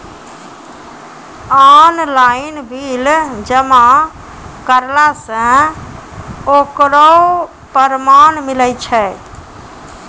Online bill जमा करला से ओकरौ परमान मिलै छै?